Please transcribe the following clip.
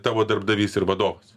tavo darbdavys ir vadovas